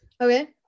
Okay